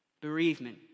bereavement